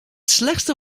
slechtste